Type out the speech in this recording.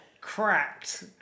cracked